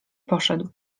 poszedł